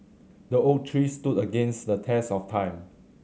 the oak tree stood against the test of time